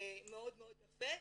מאוד מאוד יפה.